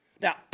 Now